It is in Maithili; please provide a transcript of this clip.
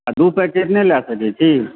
आओर दू पैकेट नहि लऽ सकै छी